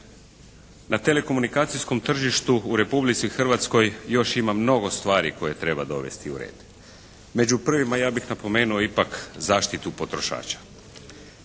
Na telekomunikacijskom tržištu u Republici Hrvatskoj još ima mnogo stvari koje treba dovesti u red. Među prvima ja bih napomenuo ipak zaštitu potrošača.